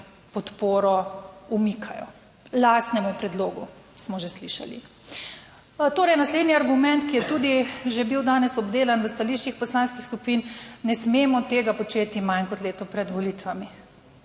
podporo umikajo lastnemu predlogu, smo že slišali. Torej, naslednji argument, ki je tudi že bil danes obdelan v stališčih poslanskih skupin, ne smemo tega početi manj kot leto pred volitvami.